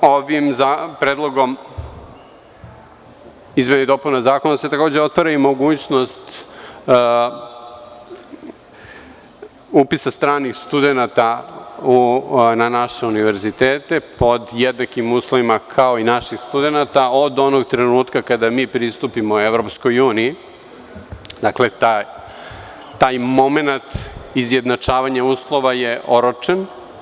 Ovim predlogom izmene i dopune zakona se takođe otvara i mogućnost upisa stranih studenata na naše univerzitete pod jednakim uslovima kao i naših studenata, od onog trenutka kada mi pristupimo EU, taj momenat izjednačavanja uslova je oročen.